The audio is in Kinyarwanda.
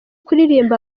kuririmba